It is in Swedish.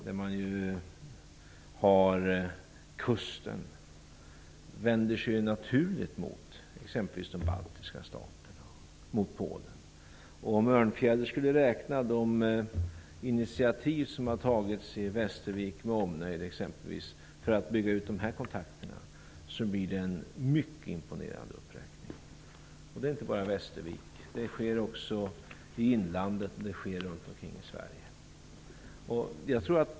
Där man har kust vänder man sig naturligt mot exempelvis de baltiska staterna och Polen. Om Krister Örnfjäder skulle räkna de initiativ som har tagits exempelvis i Västervik med omnejd för att bygga ut dessa kontakter blir det en mycket imponerande uppräkning. Det gäller inte bara Västervik. Det sker också i inlandet och runt omkring i Sverige.